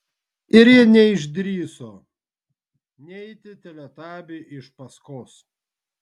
ir ji neišdrįso neiti teletabiui iš paskos